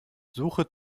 suche